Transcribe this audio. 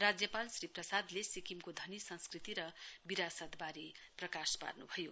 राज्यपाल श्री प्रसादले सिक्किमको धनी संस्कृति र विरासतबारे प्रकाश पार्नुभयो